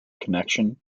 connection